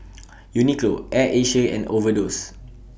Uniqlo Air Asia and Overdose